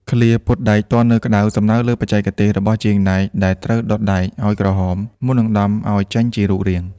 ឃ្លា «ពត់ដែកទាន់នៅក្ដៅ» សំដៅលើបច្ចេកទេសរបស់ជាងដែកដែលត្រូវដុតដែកឱ្យក្រហមមុននឹងដំឱ្យចេញជារូបរាង។